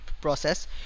process